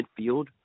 midfield